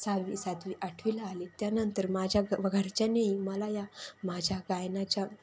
सहावी सातवी आठवीला आली त्यानंतर माझ्या ब घरच्यानी मला या माझ्या गायनाच्या